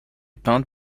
peinte